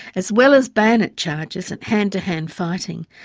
as well as bayonet charges and hand-to-hand fighting,